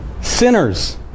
sinners